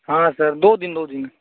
हाँ सर दो दिन दो दिन